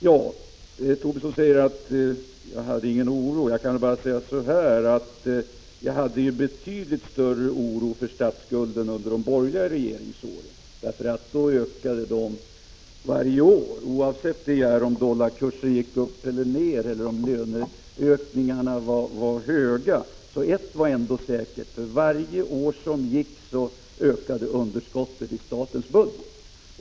Lars Tobisson sade att det inte verkade som om jag hyste någon oro för statsskulden. Min oro var betydligt större under de borgerliga regeringsåren. Då ökade statsskulden varje år. Oavsett om dollarkursen gick upp eller ner eller om löneökningarna blev stora, ett var ändå säkert: för varje år som gick ökade underskottet i statens budget.